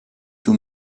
two